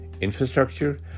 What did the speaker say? infrastructure